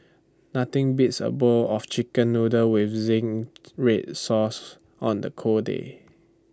nothing beats A bowl of Chicken Noodles with Zingy Red Sauce on the cold day